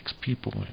people